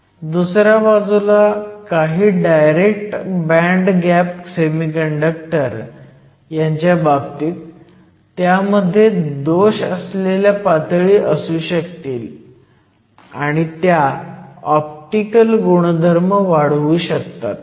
दुसऱ्या बाजूला काही डायरेक्ट बँड गॅप सेमीकंडक्टर च्या बाबतीत त्यामध्ये दोष असलेल्या पातळी असू शकतील आणि त्या ऑप्टिकल गुणधर्म वाढवू शकतात